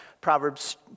Proverbs